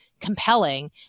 compelling